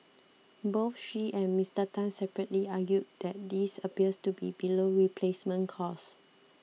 both she and Mister Tan separately argued that this appears to be below replacement cost